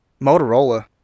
motorola